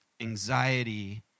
anxiety